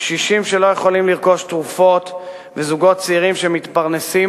קשישים שלא יכולים לרכוש תרופות וזוגות צעירים שמתפרנסים,